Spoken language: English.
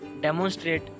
demonstrate